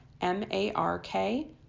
M-A-R-K